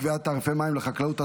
קביעת תעריפי מים לחקלאות),